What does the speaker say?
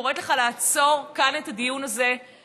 אני קוראת לך לעצור כאן את הדיון הזה ולחזור